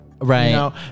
Right